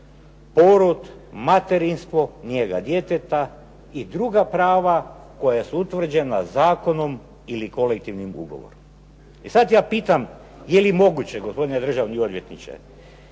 porod, materinstvo, njega djeteta i druga prava koja su utvrđena zakonom ili kolektivnim ugovorom. E sad ja pitam je li moguće, gospodine državni odvjetniče,